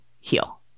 heal